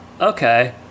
Okay